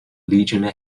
legion